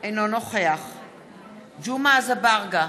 אינו נוכח ג'מעה אזברגה,